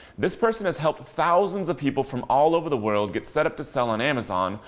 this person has helped thousands of people from all over the world get set up to sell on amazon,